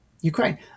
Ukraine